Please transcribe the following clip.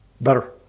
Better